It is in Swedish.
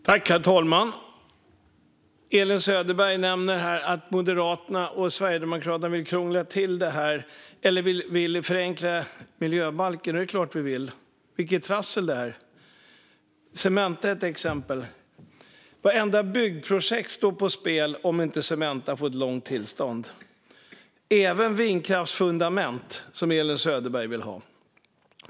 Herr talman! Elin Söderberg nämner att Moderaterna och Sverigedemokraterna vill förenkla miljöbalken. Och det är klart att vi vill. Vilket trassel det är! Cementa är ett exempel. Vartenda byggprojekt står på spel om inte Cementa får ett långt tillstånd - även vindkraftsfundament, som Elin Söderberg vill ha.